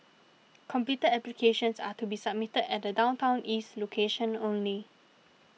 completed applications are to be submitted at the Downtown East location only